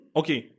okay